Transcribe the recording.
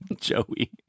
Joey